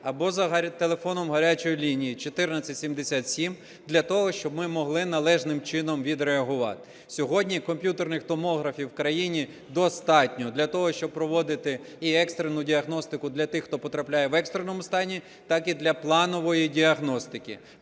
або за телефоном "гарячої лінії" 1477 для того, щоб ми могли належним чином відреагувати. Сьогодні комп'ютерних томографів у країні достатньо для того, щоб проводити і екстрену діагностику для тих, хто потрапляє в екстреному стані, так і для планової діагностики.